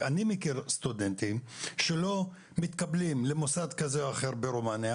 אני מכיר סטודנטים שלא מתקבלים למוסד כזה או אחר ברומניה